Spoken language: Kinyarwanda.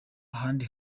ahandi